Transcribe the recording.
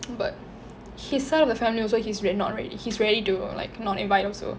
but his side of the family also he's not ready he's ready to not invite also